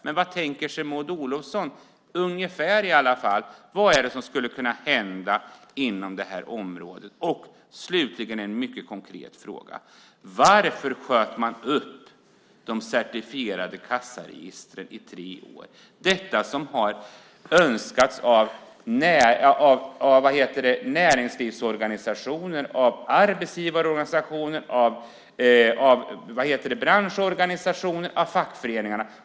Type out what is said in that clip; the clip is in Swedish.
Men vad tänker sig Maud Olofsson ungefär skulle kunna hända inom det här området? Slutligen har jag en mycket konkret fråga. Varför sköt man upp införandet av de certifierade kassaregistren i tre år? De har önskats av näringslivsorganisationer, arbetsgivarorganisationer, branschorganisationer och fackföreningar.